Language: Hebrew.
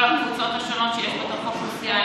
כל הקבוצות השונות שיש בתוך האוכלוסייה.